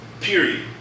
period